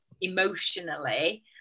emotionally